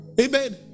Amen